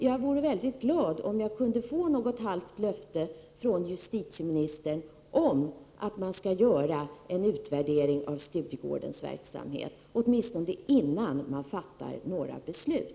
Jag vore mycket glad om jag kunde få ett halvt löfte från justitieministern om att man skall göra en utvärdering av Studiegårdens verksamhet, åtminstone innan man fattar några beslut.